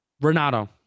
Renato